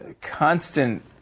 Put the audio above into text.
constant